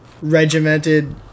regimented